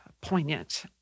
poignant